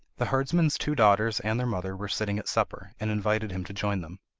the herdsman's two daughters and their mother were sitting at supper, and invited him to join them.